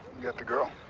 got the girl?